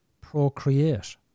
procreate